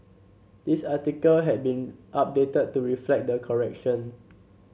this article had been updated to reflect the correction